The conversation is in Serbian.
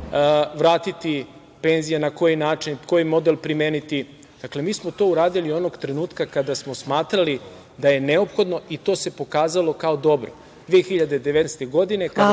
Hvala,